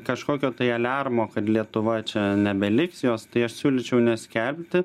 kažkokio tai aliarmo kad lietuva čia nebeliks jos tai aš siūlyčiau neskelbti